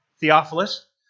Theophilus